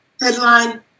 Headline